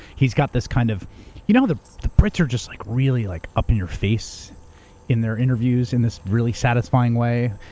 he's got this. kind of you know how the brits are just like really like up in your face in their interviews in this really satisfying way.